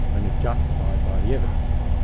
and is justified by the evidence.